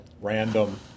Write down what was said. random